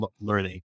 learning